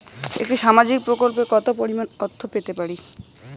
একটি সামাজিক প্রকল্পে কতো পরিমাণ অর্থ পেতে পারি?